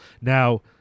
Now